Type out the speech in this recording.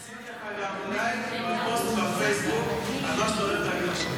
עשיתי לך גם לייק בפוסט בפייסבוק על מה שאתה הולך להגיד עכשיו.